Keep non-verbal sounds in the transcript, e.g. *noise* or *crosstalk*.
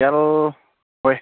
*unintelligible*